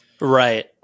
Right